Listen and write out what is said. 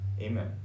Amen